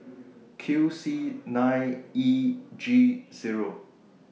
Q C nine E G Zero